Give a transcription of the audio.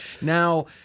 Now